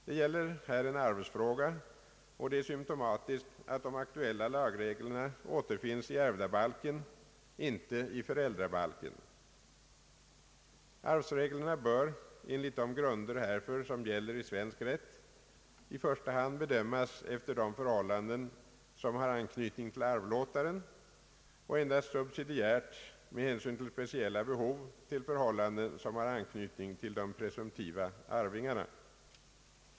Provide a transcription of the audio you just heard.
Det gäller här en arvsfråga, och det är symptomatiskt att de aktuella lagreglerna återfinns i ärvdabalken, inte i föräldrabalken. Arvsreglerna bör enligt de grunder härför som gäller i svensk rätt i första hand bedömas efter de förhållanden, som har anknytning till arvlåtaren, och endast subsidiärt med hänsyn till speciella behov till förhållanden som har anknytning till de presumtiva arvingarna.